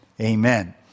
Amen